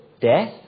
death